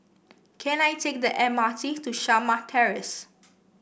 can I take the M R T to Shamah Terrace